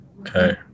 Okay